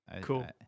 cool